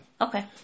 Okay